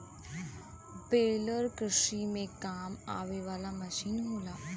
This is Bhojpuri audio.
बेलर कृषि में काम आवे वाला मसीन होला